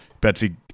Betsy